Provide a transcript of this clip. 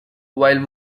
while